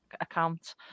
account